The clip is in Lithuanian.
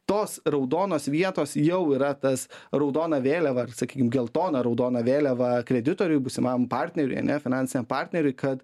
tos raudonos vietos jau yra tas raudona vėliava ir sakykim geltona raudona vėliava kreditoriui būsimam partneriui ane finansiniam partneriui kad